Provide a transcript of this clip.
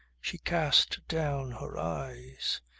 she cast down her eyes.